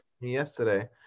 yesterday